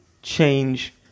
change